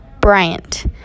bryant